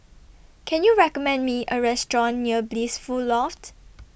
Can YOU recommend Me A Restaurant near Blissful Loft